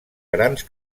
grans